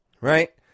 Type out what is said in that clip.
Right